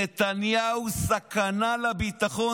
נתניהו סכנה לביטחון.